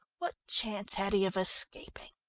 what chance had he of escaping?